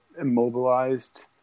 immobilized